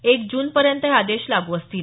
एक जून पर्यंत हे आदेश लागू असतील